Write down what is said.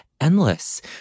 endless